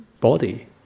body